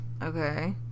Okay